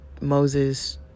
Moses